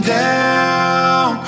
down